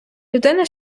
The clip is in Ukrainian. людина